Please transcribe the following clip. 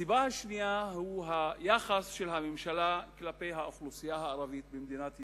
הסיבה השנייה היא היחס של הממשלה כלפי האוכלוסייה הערבית במדינת ישראל,